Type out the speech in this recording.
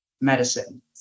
medicine